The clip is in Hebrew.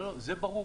זה ברור.